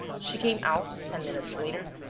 she came out, ten minutes later,